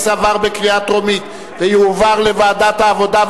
לדיון מוקדם בוועדת העבודה,